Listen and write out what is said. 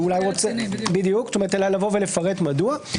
לפרט מדוע.